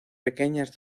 pequeñas